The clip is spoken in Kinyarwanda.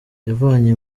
yavanye